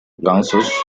gansos